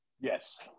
Yes